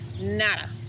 Nada